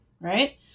right